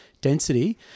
density